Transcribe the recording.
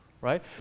right